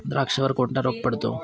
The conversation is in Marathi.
द्राक्षावर कोणता रोग पडतो?